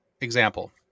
example